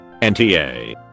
NTA